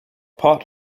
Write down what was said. pot